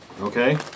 Okay